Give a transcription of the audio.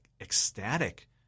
ecstatic